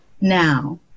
now